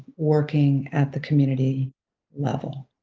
working at the community level.